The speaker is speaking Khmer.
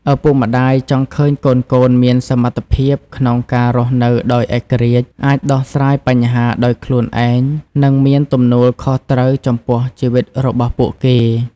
ឪពុកម្ដាយចង់ឃើញកូនៗមានសមត្ថភាពក្នុងការរស់នៅដោយឯករាជ្យ អាចដោះស្រាយបញ្ហាដោយខ្លួនឯង និងមានទំនួលខុសត្រូវចំពោះជីវិតរបស់ពួកគេ។